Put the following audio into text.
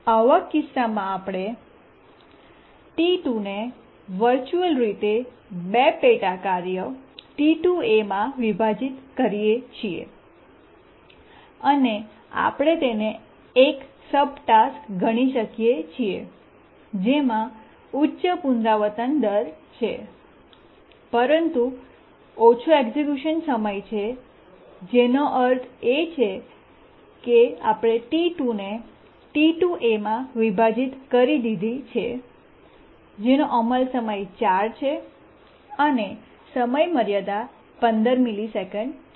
આવા કિસ્સામાં આપણે T2 ને વર્ચ્યુઅલ રીતે 2 પેટા કાર્યો T2a માં વિભાજીત કરીએ છીએ અને આપણે તેને એક સબટાસ્ક ગણી શકીએ છીએ જેમાં ઉચ્ચ પુનરાવર્તન દર છે પરંતુ ઓછી એક્ઝેક્યુશન સમય છે જેનો અર્થ છે કે આપણે T2 ને T2a માં વિભાજીત કરી દીધો છે જેનો અમલ સમય 4 છે અને સમયમર્યાદા 15 મિલિસેકન્ડ છે